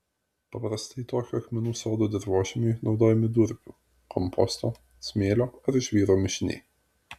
paprastai tokio akmenų sodo dirvožemiui naudojami durpių komposto smėlio ar žvyro mišiniai